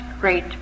great